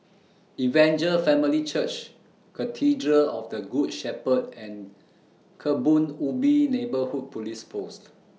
Evangel Family Church Cathedral of The Good Shepherd and Kebun Ubi Neighbourhood Police Post